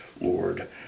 Lord